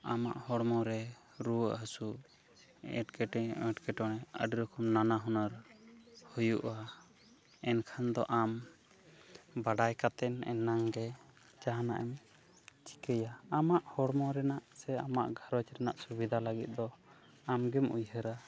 ᱟᱢᱟᱜ ᱦᱚᱲᱢᱚ ᱨᱮ ᱨᱩᱭᱟᱹᱜ ᱦᱟᱹᱥᱩᱜ ᱮᱴᱠᱮᱴᱮ ᱮᱴᱠᱮᱴᱚᱲᱮ ᱟᱹᱰᱤ ᱨᱚᱠᱚᱢ ᱱᱟᱱᱟ ᱦᱩᱱᱟᱹᱨ ᱦᱩᱭᱩᱜᱼᱟ ᱮᱱᱠᱷᱟᱱ ᱫᱚ ᱟᱢ ᱵᱟᱰᱟᱭ ᱠᱟᱛᱮᱱ ᱮᱱᱟᱝᱜᱮ ᱡᱟᱦᱟᱱᱟᱜ ᱮᱢ ᱪᱤᱠᱟᱹᱭᱟ ᱟᱢᱟᱜ ᱦᱚᱲᱢᱚ ᱨᱮᱱᱟᱜ ᱥᱮ ᱟᱢᱟᱜ ᱜᱷᱟᱨᱚᱸᱡᱽ ᱨᱮᱱᱟᱜ ᱥᱩᱵᱤᱫᱷᱟ ᱞᱟᱹᱜᱤᱫ ᱫᱚ ᱟᱢᱜᱮᱢ ᱩᱭᱦᱟᱹᱨᱟ